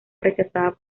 rechazada